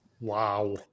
Wow